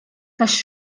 tax